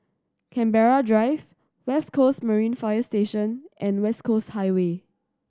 Canberra Drive West Coast Marine Fire Station and West Coast Highway